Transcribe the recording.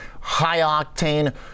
high-octane